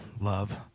love